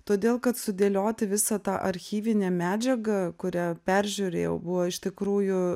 todėl kad sudėlioti visą tą archyvinę medžiagą kurią peržiūrėjau buvo iš tikrųjų